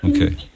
Okay